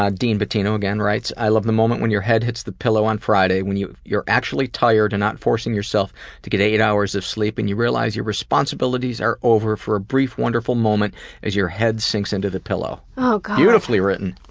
ah dean battino again writes i love the moment when your head hits the pillow on friday when you're actually tired and not forcing yourself to get eight hours of sleep, and you realize your responsibilities are over for a brief wonderful moment as your head sinks into the pillow. beautifully written.